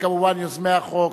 וכמובן יוזמי החוק,